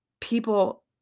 people